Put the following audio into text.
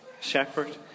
shepherd